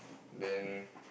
then